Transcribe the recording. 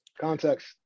Context